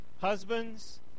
Husbands